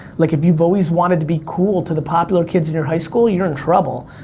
like, if you've always wanted to be cool to the popular kids in your high school, you're in trouble,